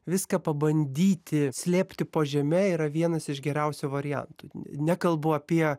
viską pabandyti slėpti po žeme yra vienas iš geriausių variantų nekalbu apie